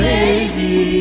Baby